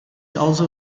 also